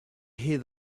hear